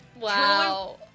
Wow